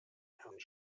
herrn